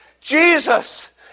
Jesus